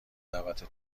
دعوت